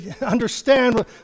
understand